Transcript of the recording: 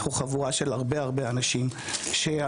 אנחנו חבורה של הרבה הרבה אנשים שהרפואה